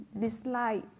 dislike